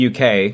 UK